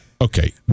okay